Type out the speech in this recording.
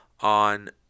on